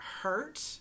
hurt